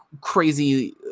crazy